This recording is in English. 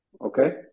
Okay